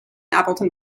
appleton